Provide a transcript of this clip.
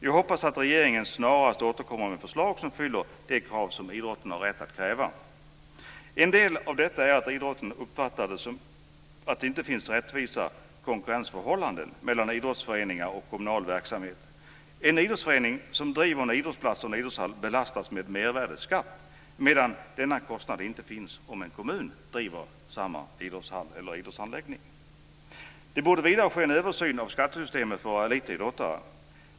Vi hoppas att regeringen snarast återkommer med förslag som fyller de krav som idrotten har rätt att kräva. En del av detta är att idrotten uppfattar att det inte finns rättvisa konkurrensförhållanden mellan idrottsföreningar och kommunal verksamhet. En idrottsförening som driver en idrottsplats eller en idrottshall belastas med mervärdesskatt medan denna kostnad inte finns om en kommun driver samma idrottshall eller idrottsanläggning. Det borde vidare ske en översyn av skattesystemet för våra elitidrottare.